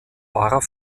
wahrer